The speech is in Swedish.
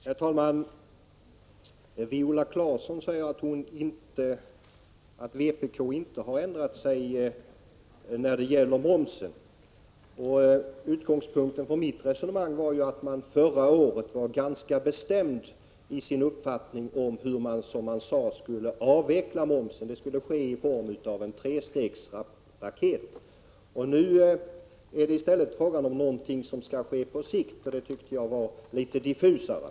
Herr talman! Viola Claesson säger att vpk inte har ändrat sig när det gäller momsen. Utgångspunkten för mitt resonemang var att vpk förra året hade en bestämd uppfattning om hur man skulle avveckla momsen. Det skulle ske i form av en trestegsraket. Nu är det i stället fråga om någonting som skall ske på sikt, och det tyckte jag var mera diffust.